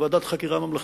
בוועדת חקירה ממלכתית.